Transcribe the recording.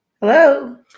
hello